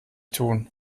tun